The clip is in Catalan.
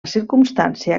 circumstància